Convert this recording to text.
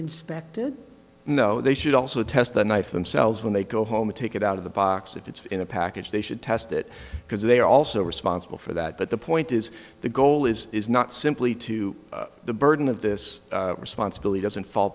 inspected no they should also test the knife themselves when they go home take it out of the box if it's in a package they should test it because they are also responsible for that but the point is the goal is is not simply to the burden of this responsibility doesn't fall